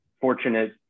fortunate